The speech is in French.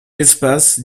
espace